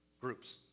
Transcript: groups